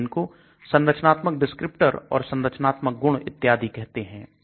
हम इनको संरचनात्मक डिस्क्रिप्टर और संरचनात्मक गुण इत्यादि कहते हैं